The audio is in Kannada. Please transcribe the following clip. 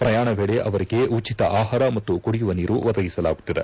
ಪ್ರಯಾಣ ವೇಳೆ ಅವರಿಗೆ ಉಚಿತ ಆಹಾರ ಮತ್ತು ಕುಡಿಯುವ ನೀರು ಒದಗಿಸಲಾಗುತ್ತಿದೆ